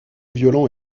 violent